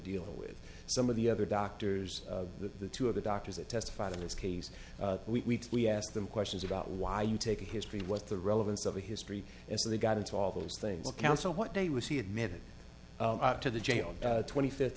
dealing with some of the other doctors the two of the doctors that testified in this case we we ask them questions about why you take history what the relevance of a history is so they got into all those things the council what day was he admitted to the jail twenty fifth